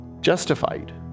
Justified